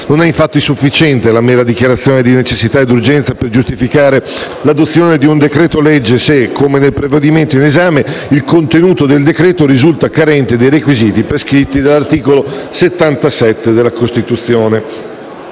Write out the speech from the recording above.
Non è, infatti, sufficiente la mera dichiarazione di necessità ed urgenza per giustificare l'adozione di un decreto-legge se, come nel provvedimento in esame, il contenuto del decreto risulta carente dei requisiti prescritti dall'articolo 77 della Costituzione.